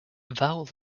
vowel